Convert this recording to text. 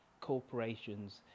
corporations